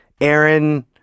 Aaron